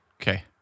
Okay